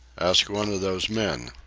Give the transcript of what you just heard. ask one of those men.